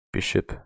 Bishop